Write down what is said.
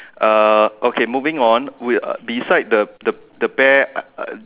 uh okay moving on we uh beside the the bear uh uh